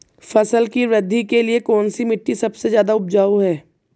फसल की वृद्धि के लिए कौनसी मिट्टी सबसे ज्यादा उपजाऊ है?